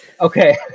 Okay